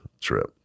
trip